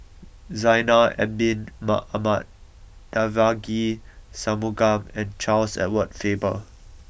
Zainal Abidin Ahmad Devagi Sanmugam and Charles Edward Faber